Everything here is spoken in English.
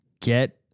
get